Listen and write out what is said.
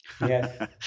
Yes